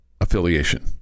affiliation